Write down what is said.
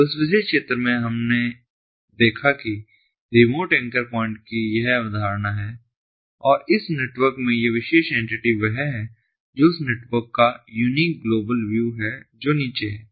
तो इस विशेष चित्र में हम देखते हैं कि रिमोट एंकर प्वाइंट की यह अवधारणा है और इस नेटवर्क में ये विशेष एंटिटी वह है जो उस नेटवर्क का यूनीक ग्लोबल व्यू है जो नीचे है